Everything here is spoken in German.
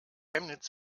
chemnitz